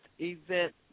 event